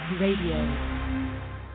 Radio